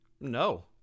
No